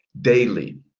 daily